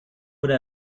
would